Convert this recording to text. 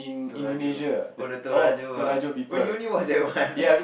Torajo oh the Torajo ah oh you only watch that one